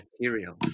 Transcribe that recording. materials